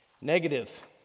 Negative